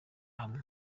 hamwe